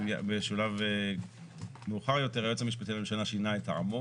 בשלב מאוחר יותר היועץ המשפטי לממשלה שינה את טעמו